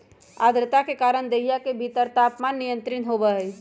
आद्रता के कारण देहिया के भीतर के तापमान नियंत्रित होबा हई